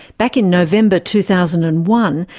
back in november, two thousand and one,